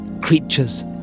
creatures